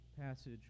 passage